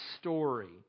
story